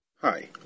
Hi